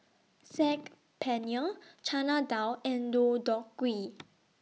Saag Paneer Chana Dal and Deodeok Gui